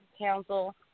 council